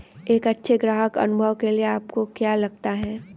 एक अच्छे ग्राहक अनुभव के लिए आपको क्या लगता है?